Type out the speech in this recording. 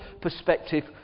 perspective